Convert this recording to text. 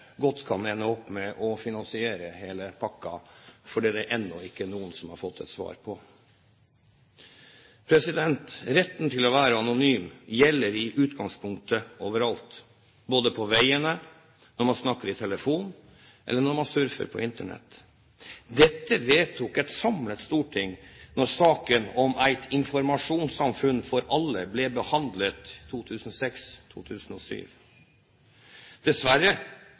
godt kan ende opp med å finansiere hele pakken, for det er det ennå ikke noen som har fått et svar på. Retten til å være anonym gjelder i utgangspunktet over alt – både på veiene, når man snakker i telefonen, eller når man surfer på Internett. Dette vedtok et samlet storting da stortingsmeldingen «Eit informasjonssamfunn for alle» ble behandlet i 2006–2007. Dessverre